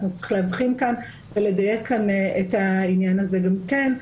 צריך להבחין כאן ולדייק את העניין הזה גם כן.